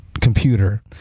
computer